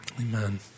Amen